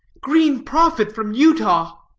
green prophet from utah.